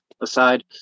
aside